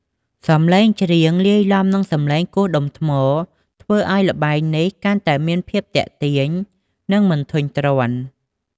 សំឡេងច្រៀងលាយឡំនឹងសំឡេងគោះដុំថ្ម ធ្វើឱ្យល្បែងនេះកាន់តែមានភាពទាក់ទាញ និងមិនធុញទ្រាន់។